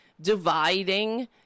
dividing